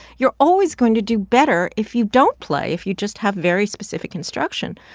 you're always going to do better if you don't play, if you just have very specific instruction.